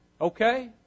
Okay